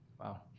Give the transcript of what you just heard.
Wow